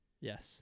Yes